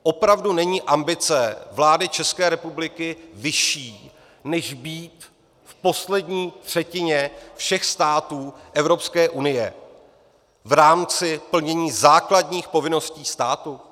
Opravdu není ambice vlády České republiky vyšší, než být v poslední třetině všech států Evropské unie v rámci plnění základních povinností státu?